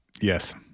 Yes